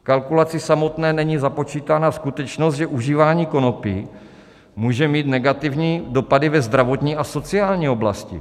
V kalkulaci samotné není započítána skutečnost, že užívání konopí může mít negativní dopady ve zdravotní a sociální oblasti.